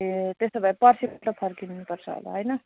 ए त्यसो भए पर्सिपल्ट फर्किनुपर्छ होला होइन